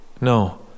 No